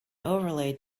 overlay